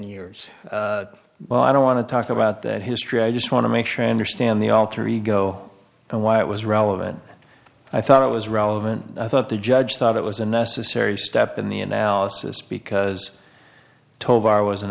years well i don't want to talk about that history i just want to make sure i understand the alter ego and why it was relevant i thought it was relevant i thought the judge thought it was a necessary step in the analysis because